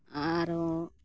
ᱟᱨᱚ